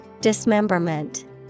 Dismemberment